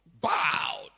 Bowed